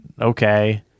okay